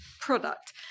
product